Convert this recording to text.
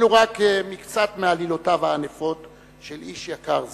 אלו רק מקצת מעלילותיו הענפות של איש יקר זה.